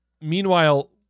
meanwhile